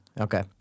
Okay